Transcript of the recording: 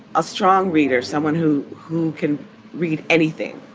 a strong reader, someone who who can read anything.